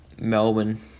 Melbourne